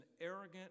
arrogant